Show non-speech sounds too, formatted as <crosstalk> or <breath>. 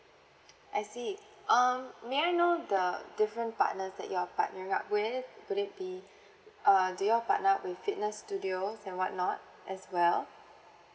I see um may I know the different partners that you are partnering up with would it be <breath> uh do you all partner up with fitness studios and what not as well